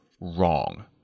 Wrong